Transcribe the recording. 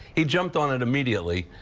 he jumped on it immediately.